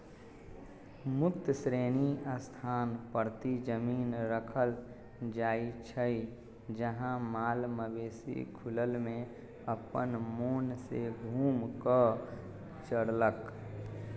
मुक्त श्रेणी स्थान परती जमिन रखल जाइ छइ जहा माल मवेशि खुलल में अप्पन मोन से घुम कऽ चरलक